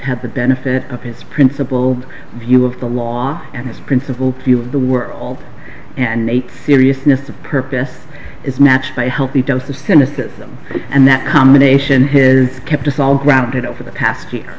had the benefit of his principal view of the law and his principle to the world and eight seriousness of purpose is matched by healthy dose of cynicism and that combination his kept us all grounded over the past year